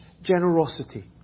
Generosity